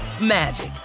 magic